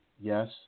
yes